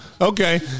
Okay